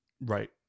Right